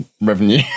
revenue